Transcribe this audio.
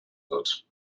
wird